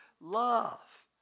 love